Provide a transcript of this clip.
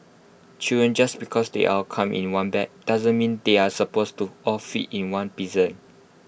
children just because they all come in one bag doesn't mean they are supposed to all fit in one piercing